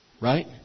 Right